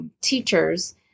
teachers